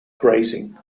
grazing